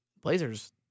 Blazers